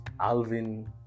alvin